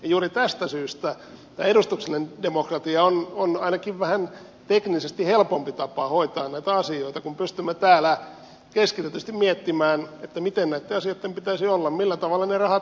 juuri tästä syystä edustuksellinen demokratia on ainakin vähän teknisesti helpompi tapa hoitaa näitä asioita kun pystymme täällä keskitetysti miettimään miten näitten asioitten pitäisi olla millä tavalla ne rahat jaetaan